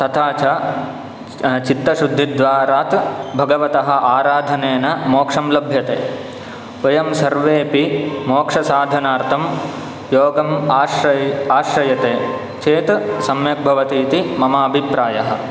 तथा च चित्तशुद्धिद्वारात् भगवतः आराधनेन मोक्षं लभ्यते वयं सर्वेपि मोक्षसाधनार्थं योगम् आश्र् आश्रयते चेत् सम्यक् भवति इति मम अभिप्रायः